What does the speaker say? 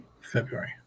February